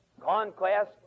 conquest